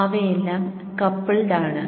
അവയെല്ലാം കപ്പിൾഡ് ആണ്